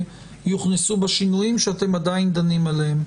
ויוכנסו בה שינויים שאתם עדיין דנים בהם?